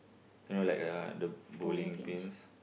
you know like uh the bowling pins